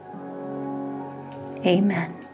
Amen